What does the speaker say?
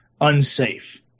unsafe